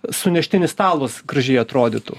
suneštinis stalas gražiai atrodytų